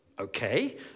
Okay